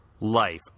life